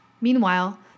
Meanwhile